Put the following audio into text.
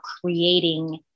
creating